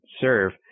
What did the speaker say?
serve